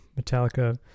Metallica